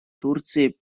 турции